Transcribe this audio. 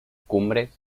cumbres